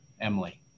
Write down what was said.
Emily